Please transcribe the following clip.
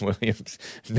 Williams